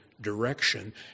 direction